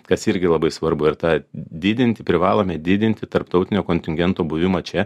kas irgi labai svarbu ir tą didinti privalome didinti tarptautinio kontingento buvimą čia